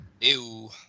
Ew